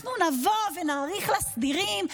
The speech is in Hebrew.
אנחנו נבוא ונאריך לסדירים?